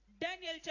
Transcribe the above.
Daniel